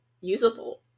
usable